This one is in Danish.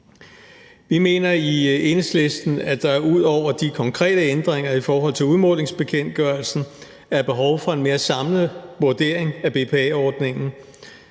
Vi mener i Enhedslisten, at der ud over de konkrete ændringer i forhold til udmålingsbekendtgørelsen er behov for en mere samlet vurdering af BPA-ordningen.